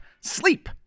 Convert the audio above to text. Sleep